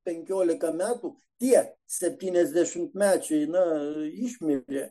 penkiolika metų tie septyniasdešimtmečiai na išmirė